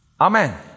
Amen